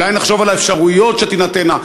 אולי נחשוב על האפשרויות שתינתנה?